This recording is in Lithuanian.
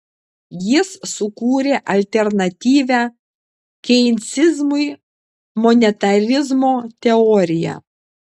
jis sukūrė alternatyvią keinsizmui monetarizmo teoriją